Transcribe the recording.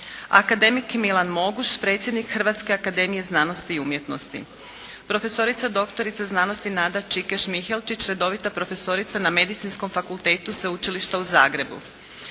akademik Milan Moguš, predsjednik Hrvatske akademije znanosti i umjetnosti, profesorica doktorica znanosti Nada Čikeš Mihelčić, redovita profesorica na Medicinskom fakultetu Sveučilišta u Zagrebu,